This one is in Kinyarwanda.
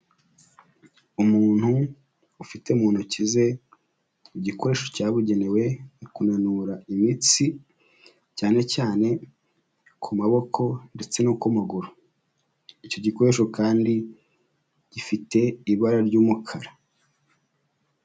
Umuntu ufite mu ntoki ze igikoresho cyabugenewe mu kunanura imitsi cyane cyane ku maboko ndetse no ku maguru, icyo gikoresho kandi gifite ibara ry'umukara.